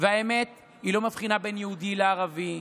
והאמת לא מבחינה בין יהודי לערבי,